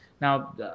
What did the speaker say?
Now